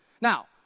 Now